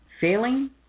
Failing